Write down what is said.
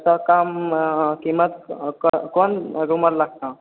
सबसे कम कीमत कौन रूममे लगतह